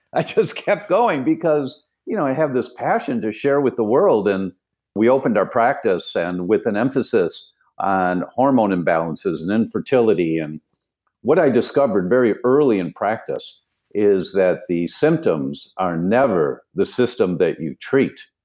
i just kept going because you know i have this passion to share with the world and we opened our practice, and with an emphasis on hormone imbalances and infertility and what i discovered very early in practice is that the symptoms are never the system that you treat,